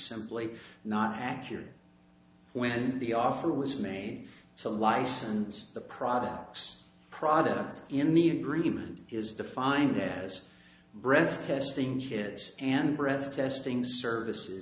simply not accurate when the offer was made to license the products product in the agreement is defined as breath testing kids and breath testing services